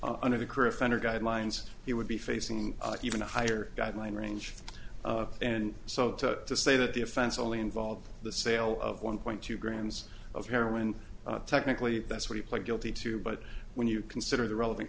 federal guidelines he would be facing even a higher guideline range and so to say that the offense only involved the sale of one point two grams of heroin technically that's what he pled guilty to but when you consider the relevant